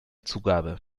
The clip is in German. zugabe